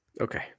Okay